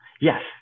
yes